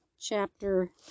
chapter